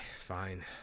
fine